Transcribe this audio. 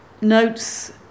notes